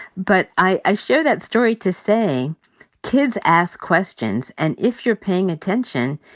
but i i share that story to say kids ask questions. and if you're paying attention,